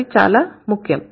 అది చాలా ముఖ్యం